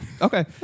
okay